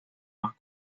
más